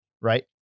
right